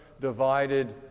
divided